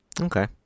Okay